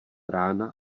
rána